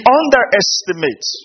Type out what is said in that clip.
underestimate